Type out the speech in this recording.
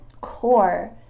core